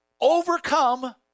overcome